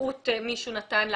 בטעות מישהו נתן לה?